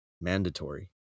mandatory